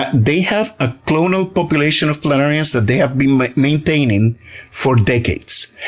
they have a clonal population of planarians that they have been maintaining for decades.